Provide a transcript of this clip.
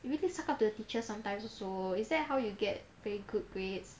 you really suck up to the teacher sometimes also is that how you get very good grades